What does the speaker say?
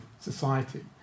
society